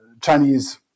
Chinese